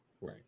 right